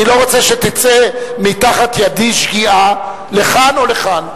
אני לא רוצה שתצא מתחת ידי שגיאה לכאן או לכאן.